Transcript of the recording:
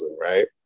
right